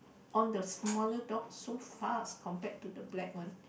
on the smaller dog so fast compared to the black one